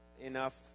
enough